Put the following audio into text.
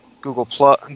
Google